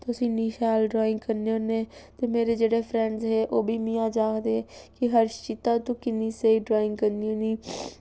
तुस इन्नी शैल ड्राइंग करने होन्नें ते मेरे जेह्ड़े फ्रैंडस हे ओह् बी मी अज्ज आखदे कि हर्षिता ता तूं किन्नी स्हेई ड्राइंग करनी होन्नीं